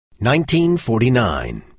1949